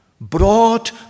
brought